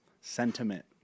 sentiment